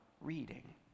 reading